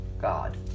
god